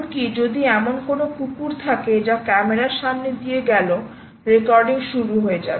এমনকি যদি এমন কোনও কুকুর থাকে যা ক্যামেরার সামনে দিয়ে গেল রেকর্ডিং শুরু হয়ে যাবে